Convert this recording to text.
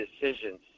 decisions